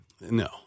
No